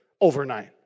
overnight